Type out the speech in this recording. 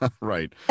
Right